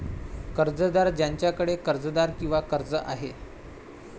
कर्जदार ज्याच्याकडे कर्जदार किंवा कर्ज आहे